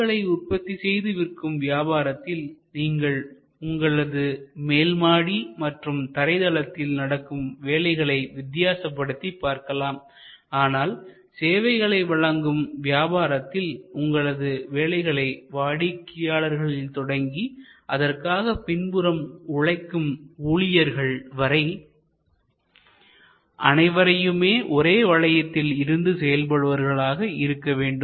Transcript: பொருட்களை உற்பத்தி செய்து விற்கும் வியாபாரத்தில் நீங்கள் உங்களது மேல்மாடி மற்றும் தரைதளத்தில் நடக்கும் வேலைகளை வித்தியாசப்படுத்தி பார்க்கலாம் ஆனால் சேவைகளை வழங்கும் வியாபாரத்தில் உங்களது வேலைகளை வாடிக்கையாளர்களில் தொடங்கி அதற்காக பின்புறம் உழைக்கும் ஊழியர்கள் வரை அனைவரையுமே ஒரே வளையத்தில் இருந்து செயல்படுபவர்களாக இருக்க வேண்டும்